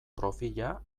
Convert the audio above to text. profila